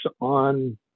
on